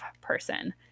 person